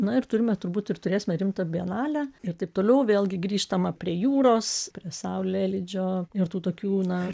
na ir turime turbūt ir turėsime rimtą bienalę ir taip toliau vėlgi grįžtama prie jūros prie saulėlydžio ir tų tokių na